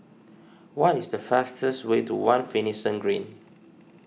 what is the fastest way to one Finlayson Green